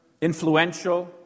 influential